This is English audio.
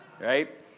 right